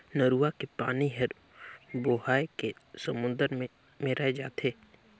नरूवा के पानी हर बोहाए के समुन्दर मे मेराय जाथे